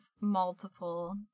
multiple